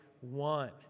one